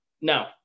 No